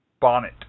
Bonnet